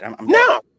No